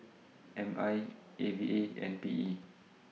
M I A V A and P E